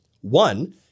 One